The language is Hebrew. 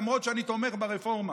למרות שאני תומך ברפורמה.